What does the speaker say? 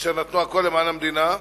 אשר נתנו הכול למען המדינה,